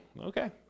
Okay